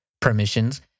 permissions